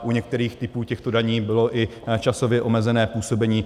U některých typů těchto daní bylo i časově omezené působení.